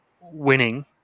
winning